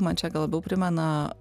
man čia gal labiau primena